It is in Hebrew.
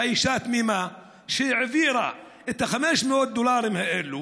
באישה תמימה שהעבירה את 500 הדולרים האלה